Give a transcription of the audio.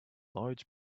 large